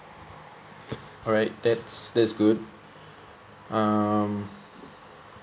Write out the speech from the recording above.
alright that's that's good um